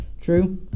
true